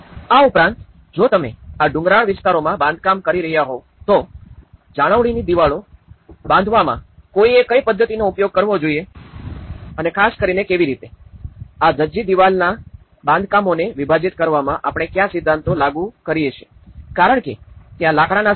આ ઉપરાંત જો તમે આ ડુંગરાળ વિસ્તારોમાં બાંધકામ કરી રહ્યા હોવ તો જાળવણીની દિવાલો બાંધવામાં કોઈએ કઈ પદ્ધતિઓનો ઉપયોગ કરવો જોઇએ અને ખાસ કરીને કેવી રીતે આ ધજ્જી દિવાલના બાંધકામોને વિભાજિત કરવામાં આપણે કયા સિદ્ધાંતો લાગુ કરીએ છીએ કારણ કે ત્યાં લાકડાના સ્ટડ્સ છે